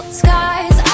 skies